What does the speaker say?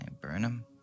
Burnham